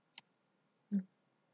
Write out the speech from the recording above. mm